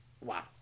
wow